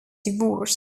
divorce